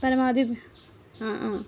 പരമാവധി ആ ആ